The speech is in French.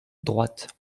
droite